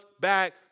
back